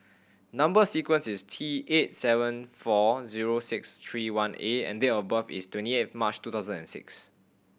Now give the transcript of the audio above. number sequence is T eight seven four zero six three one A and date of birth is twenty eighth March two thousand and six